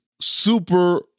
super